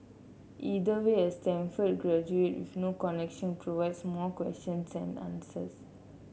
either way a Stanford graduate with no connection provides more questions than answers